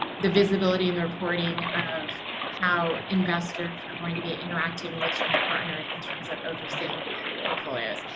the visibility and the reporting of how investors are going to be interacting with general partners in terms of overseeing portfolios.